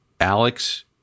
Alex